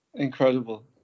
Incredible